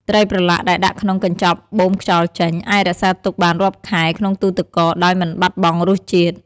ត្រីប្រឡាក់ដែលដាក់ក្នុងកញ្ចប់បូមខ្យល់ចេញ អាចរក្សាទុកបានរាប់ខែក្នុងទូទឹកកកដោយមិនបាត់បង់រសជាតិ។